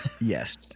Yes